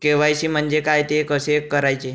KYC म्हणजे काय? ते कसे करायचे?